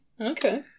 Okay